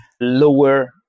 lower